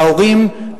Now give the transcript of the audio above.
להורים,